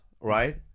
right